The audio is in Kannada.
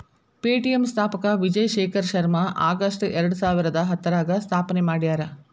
ಪೆ.ಟಿ.ಎಂ ಸ್ಥಾಪಕ ವಿಜಯ್ ಶೇಖರ್ ಶರ್ಮಾ ಆಗಸ್ಟ್ ಎರಡಸಾವಿರದ ಹತ್ತರಾಗ ಸ್ಥಾಪನೆ ಮಾಡ್ಯಾರ